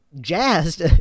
jazzed